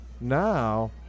Now